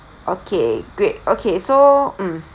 okay great okay so mm